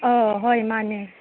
ꯑꯧ ꯍꯣꯏ ꯃꯥꯅꯦ